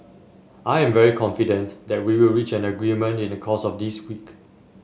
I am very confident that we will reach an agreement in the course of this week